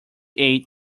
eight